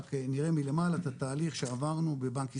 רק נראה מלמעלה את התהליך שעברנו בבנק ישראל.